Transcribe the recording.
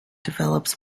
develops